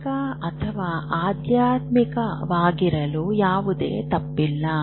ತಾತ್ವಿಕ ಅಥವಾ ಆಧ್ಯಾತ್ಮಿಕವಾಗಿರುವುದರಲ್ಲಿ ಯಾವುದೇ ತಪ್ಪಿಲ್ಲ